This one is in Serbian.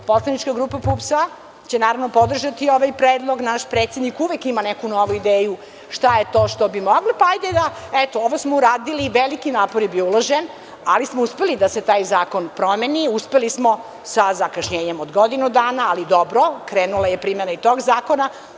Poslanička grupa PUPS će, naravno podržati ovaj Predlog, naš predsednik uvek ima neku novu ideju šta je to što bi moglo, pa hajde da, eto, ovo smo uradili i veliki napor je bio uložen, ali smo uspeli da se taj zakon promeni, uspeli smo sa zakašnjenjem od godinu dana, ali dobro, krenula je primena i tog zakona.